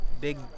big